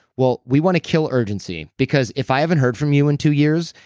well, we want to kill urgency because if i haven't heard from you in two years,